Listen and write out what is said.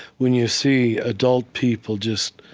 when you see adult people just